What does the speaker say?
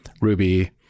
Ruby